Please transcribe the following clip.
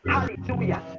Hallelujah